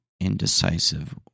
indecisive